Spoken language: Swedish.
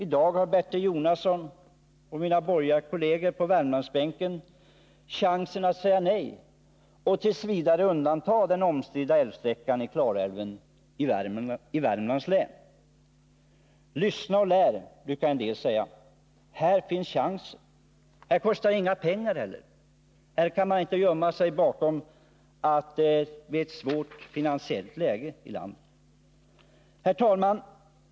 I dag har Bertil Jonasson och de övriga borgerliga ledamöterna på Värmlandsbänken chansen att säga nej och t. v. undanta den omstridda älvsträckan i Klarälven i Värmlands län. Lyssna och lär! brukar en del säga. Här finns chansen. I detta fall kostar det inte heller några pengar. Man kan alltså inte gömma sig bakom det svåra finansiella läget i landet. Herr talman!